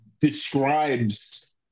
describes